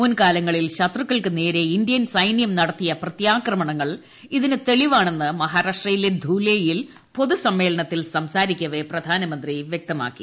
മുൻ കാലങ്ങളിൽ ശത്രുക്കൾക്ക് നേരെ ഇന്ത്യൻ സൈന്യം നടത്തിയ പ്രത്യാക്രമണങ്ങൾ ഇതിന് തെളിവാണെന്ന് മഹാരാഷ്ട്രയിലെ ധൂലെയിൽ പൊതുസമ്മേളനത്തിൽ സംസാരിക്കവെ പ്രധാനമന്ത്രി വ്യക്തമാക്കി